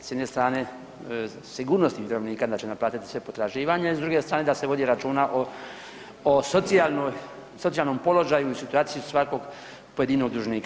S jedne strane sigurnost vjerovnika da će naplatiti svoja potraživanja a s druge strane da se vodi računa o socijalnom položaju i situaciji svakog pojedinog dužnika.